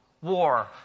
war